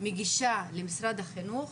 מגישה למשרד החינוך